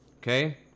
okay